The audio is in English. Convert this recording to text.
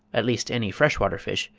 at least any fresh-water fish,